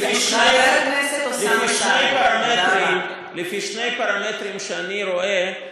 לפי שני פרמטרים שאני רואה,